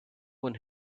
one